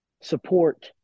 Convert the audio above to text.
support